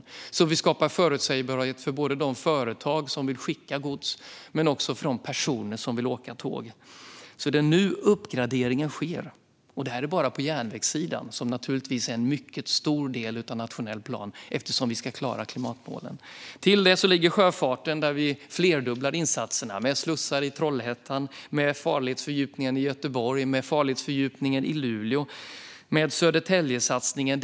På detta sätt skapar vi också förutsägbarhet såväl för de företag som vill skicka gods som för de personer som vill åka tåg. Det är nu uppgraderingen sker, och detta är bara på järnvägssidan. Den är naturligtvis en mycket stor del av den nationella planen, eftersom vi ska klara klimatmålen. Till detta kommer sjöfarten, där vi flerdubblar insatserna med slussar i Trollhättan, med farledsfördjupningen i Göteborg, med farledsfördjupningen i Luleå och med Södertäljesatsningen.